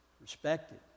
respected